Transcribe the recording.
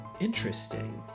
Interesting